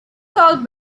called